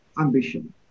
ambition